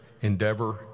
endeavor